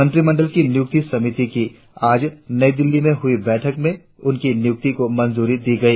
मंत्रिमंडल की नियुक्ति समिति की आज नई दिल्ली में हुई बैठक में उनकी नियुक्ति को मंजूरी दी गई